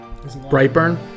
Brightburn